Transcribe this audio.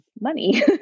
money